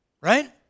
Right